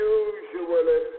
usually